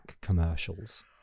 commercials